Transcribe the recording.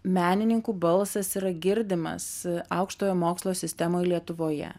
menininkų balsas yra girdimas aukštojo mokslo sistemoj lietuvoje